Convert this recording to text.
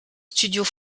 studios